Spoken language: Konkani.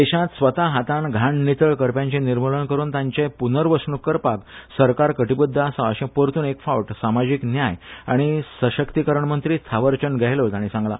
देशात स्वता हातान घाण नितळ करप्यांचे निर्मुलन करुन तांची वेवस्थीक प्र्नवसणूक करपाक सरकार कटीबद्ध आसा अशें परतून एक फावट सामाजीक न्याय आनी सशक्तीकरण मंत्री थावरचंद गेहलोत हांणी सांगला